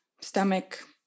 stomach